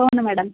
हो ना मॅडम